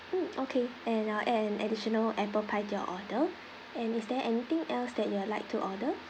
mm okay and I'll add an additional apple pie to your order and is there anything else that you would like to order